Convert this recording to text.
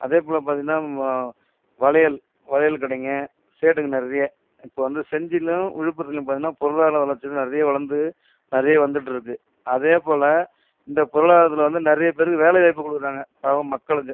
அதேபோல் பார்த்திங்கன்னா வளையல் வளையல் கடைங்க சேட்டுங்க நிறைய இப்போ வந்து செஞ்சியில் விழுப்புரத்தில் பார்த்திங்கன்னா பொருளாதார வளர்ச்சிலாம் நிறைய வளர்ந்து நிறைய வந்துட்டு இருக்கு அதேபோல் இந்த பொருளாதாரத்தில் வந்து நிறைய பேருக்கு வேலைவாய்ப்பு கொடுக்குறாங்க பாவம் மக்களுக்கு